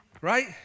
right